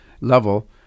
level